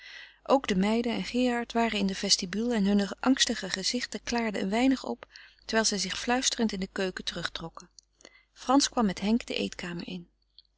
ook de meiden en gerard waren in de vestibule en hunne angstige gezichten klaarden een weinig op terwijl zij zich fluisterend in de keuken terugtrokken frans kwam met henk de eetkamer in